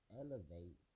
elevate